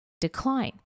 decline